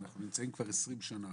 אנחנו נמצאים כבר 20 שנה